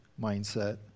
mindset